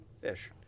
Fish